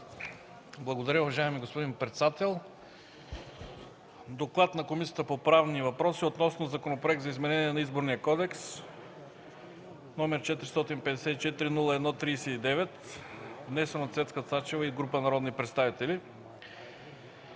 Благодаря, уважаеми господин председател. „Доклад на Комисията по правни въпроси относно Законопроект за изменение на Изборния кодекс, № 454-01-39, внесен от Цецка Цачева и група народни представители.